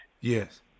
Yes